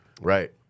Right